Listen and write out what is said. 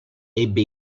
ebbe